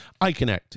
iConnect